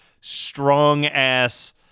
strong-ass